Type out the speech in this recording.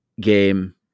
game